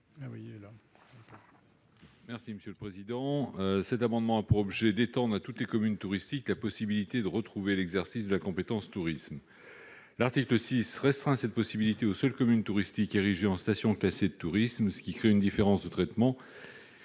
M. Jean-Marc Gabouty. Cet amendement a pour objet d'étendre à toutes les communes touristiques la possibilité de retrouver l'exercice de la compétence « tourisme ». L'article 6 restreint cette possibilité aux seules communes touristiques reconnues stations classées de tourisme, ce qui crée une différence de traitement